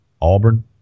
Auburn